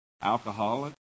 alcoholic